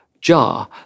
jar